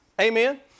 Amen